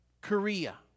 Korea